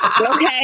Okay